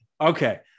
Okay